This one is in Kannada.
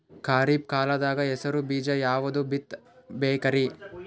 ಖರೀಪ್ ಕಾಲದಾಗ ಹೆಸರು ಬೀಜ ಯಾವದು ಬಿತ್ ಬೇಕರಿ?